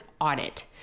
audit